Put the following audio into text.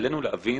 עלינו להבין